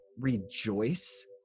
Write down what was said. rejoice